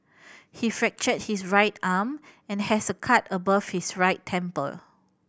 he fractured his right arm and has a cut above his right temple